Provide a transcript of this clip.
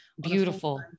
Beautiful